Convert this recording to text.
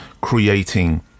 creating